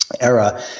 era